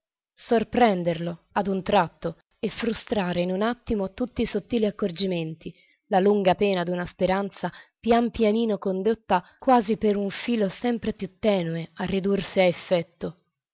sorprenderlo a un tratto e frustrare in un attimo tutti i sottili accorgimenti la lunga pena d'una speranza pian pianino condotta quasi per un filo sempre più tenue a ridursi a effetto